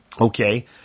Okay